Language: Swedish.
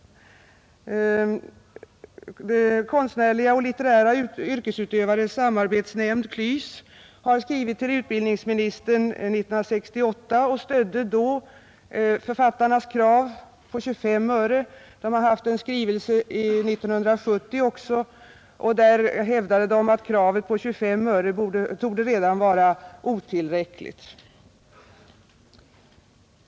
Konstnärliga och litterära yrkesutövares samarbetsnämnd, KLYS, skrev till utbildningsministern 1968 och stödde då författarnas krav på 25 öre. även 1970 avgav de en skrivelse, där de hävdade att kravet på 25 öre redan torde vara otillräckligt.